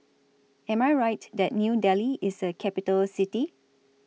Am I Right that New Delhi IS A Capital City